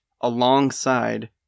alongside